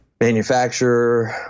manufacturer